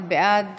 שלמה קרעי,